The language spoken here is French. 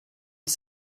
ils